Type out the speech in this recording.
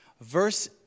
verse